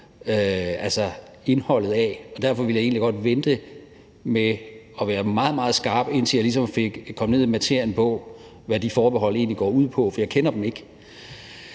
kender indholdet af, og derfor ville jeg egentlig godt vente med at være meget, meget skarp, indtil jeg ligesom kom ned i materien af, hvad de forbehold egentlig går ud på, for jeg kender dem ikke.